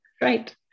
Right